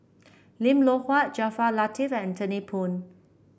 Lim Loh Huat Jaafar Latiff and Anthony Poon